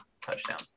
touchdown